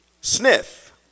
sniff